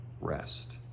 rest